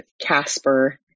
Casper